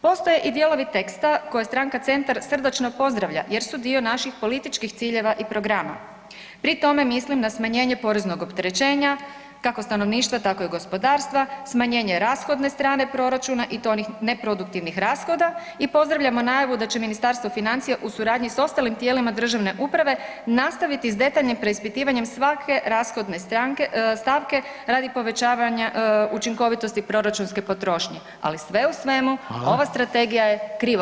Postoje i dijelovi teksta koje stranka Centar srdačno pozdravlja jer su dio naših političkih ciljeva i programa, pri tome mislim na smanjenje poreznog opterećenja kako stanovništva tako i gospodarstva, smanjenje rashodne strane proračuna i to onih neproduktivnih rashoda i pozdravljamo najavu da će Ministarstvo financija u suradnji sa ostalim tijelima državne uprave nastaviti s detaljnim preispitivanjem svake rashodne stavke radi povećavanja učinkovitosti proračunske potrošnje, ali sve u svemu ova strategija je krivo